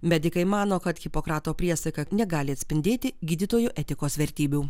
medikai mano kad hipokrato priesaika negali atspindėti gydytojų etikos vertybių